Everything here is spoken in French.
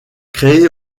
créé